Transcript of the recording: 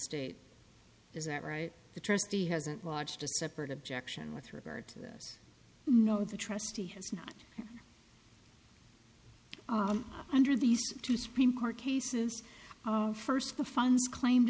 estate is that right the trustee hasn't watched a separate objection with regard to this no the trustee has not under these two supreme court cases first the funds claim